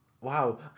wow